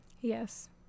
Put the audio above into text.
yes